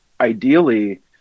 ideally